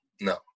no